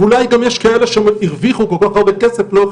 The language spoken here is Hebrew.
ואולי יש גם כאלה שהרוויחו כל כך הרבה כסף לאורך